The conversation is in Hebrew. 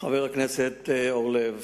חבר הכנסת אורלב,